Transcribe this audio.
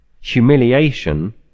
humiliation